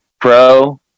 pro